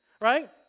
right